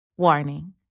Warning